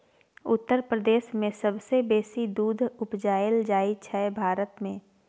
उत्तर प्रदेश मे सबसँ बेसी दुध उपजाएल जाइ छै भारत मे